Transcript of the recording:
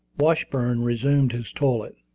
washburn resumed his toilet,